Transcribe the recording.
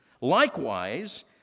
Likewise